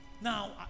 now